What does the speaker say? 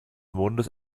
mondes